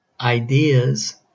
ideas